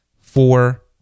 four